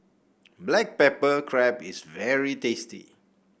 Black Pepper Crab is very tasty